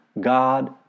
God